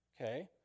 okay